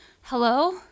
Hello